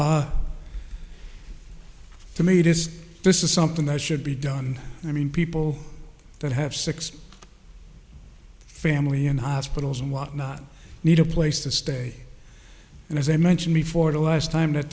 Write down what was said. me this is something that should be done i mean people that have six family in hospitals and whatnot need a place to stay and as i mentioned before the last time that